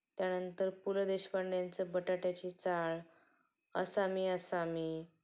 त्यानंतर पु ल देशपांड्यांचं बटाट्याची चाळ असा मी असा मी